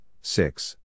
six